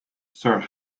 sir